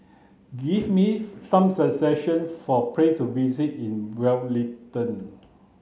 give me some suggestions for places visit in Wellington